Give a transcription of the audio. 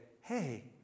hey